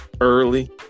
Early